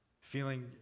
Feeling